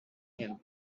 him